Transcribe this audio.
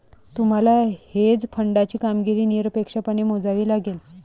तुम्हाला हेज फंडाची कामगिरी निरपेक्षपणे मोजावी लागेल